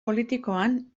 politikoan